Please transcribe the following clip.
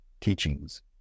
teachings